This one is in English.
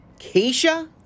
Keisha